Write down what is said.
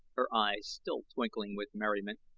her eyes still twinkling with merriment,